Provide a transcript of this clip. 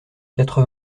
quatre